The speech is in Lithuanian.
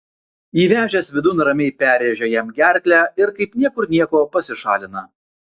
įvežęs vidun ramiai perrėžia jam gerklę ir kaip niekur nieko pasišalina